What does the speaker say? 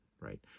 right